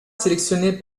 sélectionné